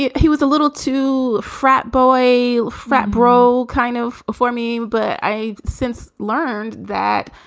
yeah he was a little too frat boy, a frat bro, kind of a for me but i've since learned that